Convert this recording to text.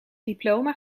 diploma